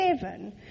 seven